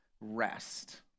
rest